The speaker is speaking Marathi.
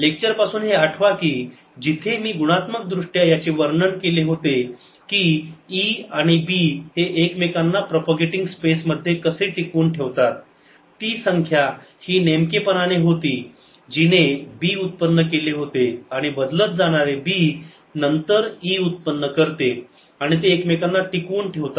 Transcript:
लेक्चर पासून हे आठवा की जिथे मी गुणात्मक दृष्ट्या याचे वर्णन केले होते की E आणि B हे एकमेकांना प्रपोगेटिंग स्पेस मध्ये कसे टिकवून ठेवतात ती संख्या ही नेमकेपणाने होती जिने B उत्पन्न केले होते आणि बदलत जाणारे B नंतर E उत्पन्न करते आणि ते एकमेकांना टिकवून ठेवतात